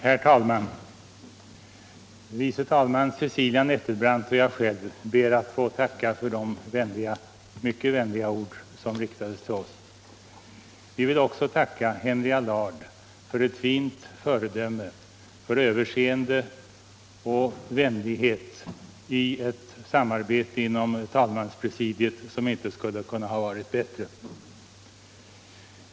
Herr talman! Tredje vice talmannen Cecilia Nettelbrandt och jag själv ber att få tacka för de mycket vänliga ord som riktades till oss. Vi vill också tacka Henry Allard för ett fint föredöme, för överseende och vänlighet i ett samarbete inom talmanspresidiet som inte skulle ha kunnat vara bättre.